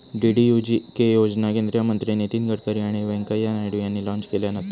DDUGK योजना केंद्रीय मंत्री नितीन गडकरी आणि व्यंकय्या नायडू यांनी लॉन्च केल्यान होता